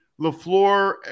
LaFleur